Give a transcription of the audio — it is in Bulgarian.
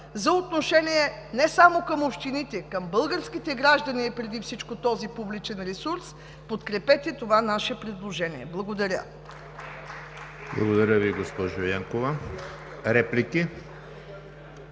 за отношение не само към общините, към българските граждани е преди всичко този публичен ресурс, подкрепете това наше предложение. Благодаря. (Ръкопляскания